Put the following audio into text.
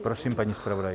Prosím, paní zpravodajko.